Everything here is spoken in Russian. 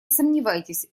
сомневайтесь